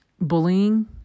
bullying